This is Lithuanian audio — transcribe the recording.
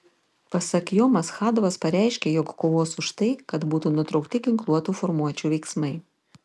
pasak jo maschadovas pareiškė jog kovos už tai kad būtų nutraukti ginkluotų formuočių veiksmai